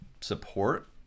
support